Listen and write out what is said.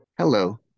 Hello